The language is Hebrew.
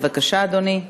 בבקשה, אדוני.